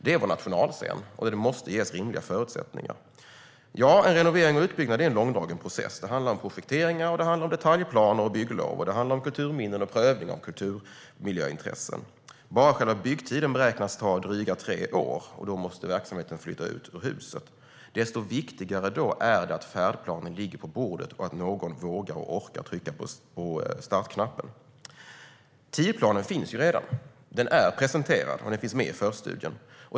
Den är vår nationalscen, och den måste ges rimliga förutsättningar. Ja, en renovering och utbyggnad är en långdragen process. Det handlar om projekteringar, detaljplaner och bygglov och det handlar om kulturminnen och prövning av kulturmiljöintressen. Bara själva byggtiden beräknas till drygt tre år, och då måste verksamheten flytta ut ur huset. Desto viktigare är det då att färdplanen ligger på bordet och att någon vågar och orkar trycka på startknappen. Tidsplanen finns redan. Den är presenterad och finns med i förstudien.